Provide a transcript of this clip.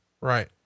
right